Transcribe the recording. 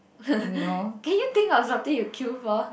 can you think of something you queue for